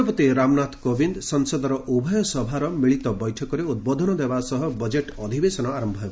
ରାଷ୍ଟ୍ରପତି ରାମନାଥ କୋବିନ୍ଦ ସଂସଦର ଉଭୟ ସଭାର ମିଳିତ ବୈଠକରେ ଉଦ୍ବୋଧନ ଦେବା ସହ ବଜେଟ୍ ଅଧିବେଶନ ଆରମ୍ଭ ହେବ